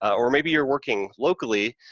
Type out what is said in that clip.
or, maybe, you're working locally,